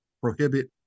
prohibit